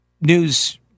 news